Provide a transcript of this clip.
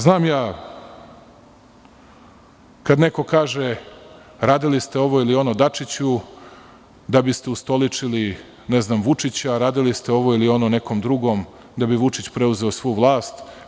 Znam kad neko kaže – radili ste ovo ili ono Dačiću da biste ustoličili Vučića, radili ste ovo ili ono nekom drugom da bi Vučić preuzeo svu vlast.